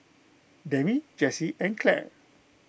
Demi Jessye and Clare